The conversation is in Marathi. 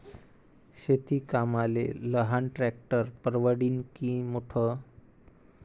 शेती कामाले लहान ट्रॅक्टर परवडीनं की मोठं?